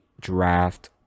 draft